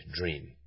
dream